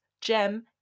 gem